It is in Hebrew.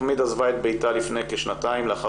מחאמיד עזבה את ביתה לפני שנתיים לאחר